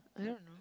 I don't know